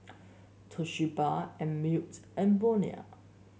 Toshiba Einmilk and Bonia